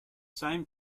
same